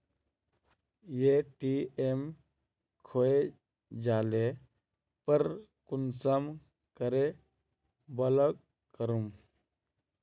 ATM खोये जाले पर कुंसम करे ब्लॉक करूम?